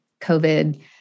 COVID